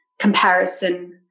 comparison